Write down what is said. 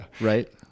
right